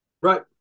Right